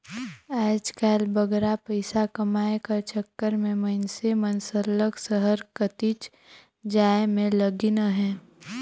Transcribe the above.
आएज काएल बगरा पइसा कमाए कर चक्कर में मइनसे मन सरलग सहर कतिच जाए में लगिन अहें